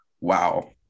wow